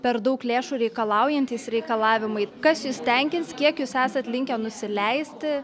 per daug lėšų reikalaujantys reikalavimai kas jus tenkins kiek jūs esate linkę nusileisti